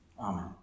Amen